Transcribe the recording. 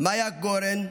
מיה גורן,